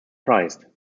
prized